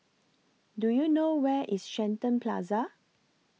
Do YOU know Where IS Shenton Plaza